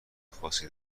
خاصی